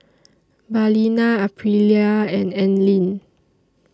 Balina Aprilia and Anlene